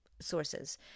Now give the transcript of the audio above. sources